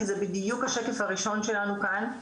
כי זה בדיוק השקף הראשון שלנו כאן.